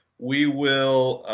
we will